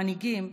המנהיגים,